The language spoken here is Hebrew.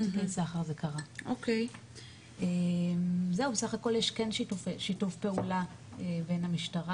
זהו בסך הכל יש כן שיתוף פעולה בין המשטרה